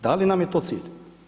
Da li nam je to cilj?